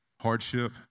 hardship